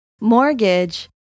Mortgage